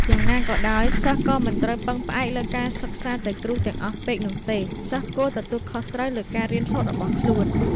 យ៉ាងណាក៏ដោយសិស្សក៏មិនត្រូវពឹងផ្អែកការសិក្សាតែគ្រូទាំងអស់ពេកនោះទេ សិស្សគួរទទួលខុសត្រូវលើការរៀនរបស់ខ្លួន។